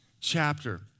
chapter